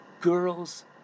girls